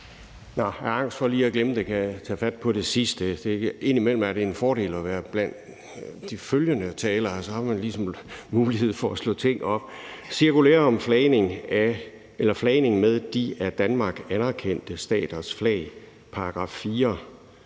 (V): Af angst for lige at glemme det vil jeg lige tage fat på det sidste – indimellem er det en fordel at være blandt de efterfølgende talere, for så har man ligesom mulighed for at slå ting op. I cirkulæret om flagning med de af Danmark anerkendte staters flag, § 4,